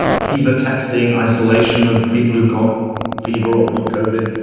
fever testing, isolation of people who've got fever or got covered.